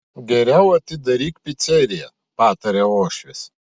geriau atidaryk piceriją pataria uošvis